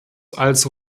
also